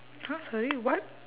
!huh! sorry what